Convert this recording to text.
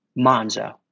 Monzo